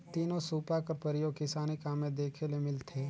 तीनो सूपा कर परियोग किसानी काम मे देखे ले मिलथे